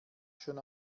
schon